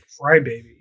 crybaby